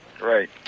Right